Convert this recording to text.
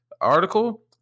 article –